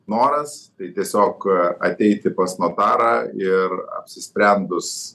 noras tai tiesiog ateiti pas notarą ir apsisprendus